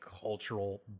cultural